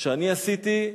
שאני עשיתי,